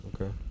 Okay